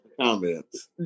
comments